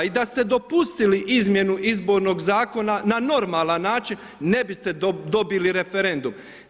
I da ste dopustili izmjenu Izbornog zakona na normalan način ne biste dobili referendum.